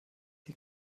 die